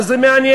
מה זה מעניין?